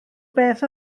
beth